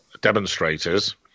demonstrators